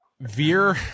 Veer